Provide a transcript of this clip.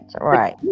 right